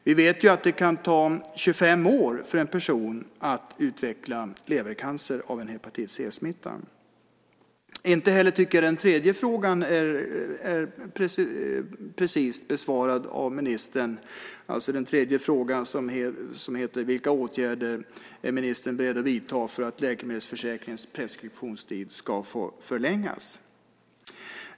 Vi vet att det kan ta 25 år för en person att utveckla levercancer av en hepatit C-smitta. Jag tycker inte att heller den tredje frågan är helt besvarad av ministern. Vilka åtgärder är ministern beredd att vidta för att läkemedelsförsäkringens preskriptionstid ska få förlängas?